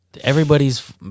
everybody's